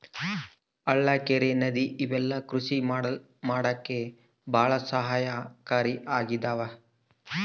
ಹಳ್ಳ ಕೆರೆ ನದಿ ಇವೆಲ್ಲ ಕೃಷಿ ಮಾಡಕ್ಕೆ ಭಾಳ ಸಹಾಯಕಾರಿ ಆಗಿದವೆ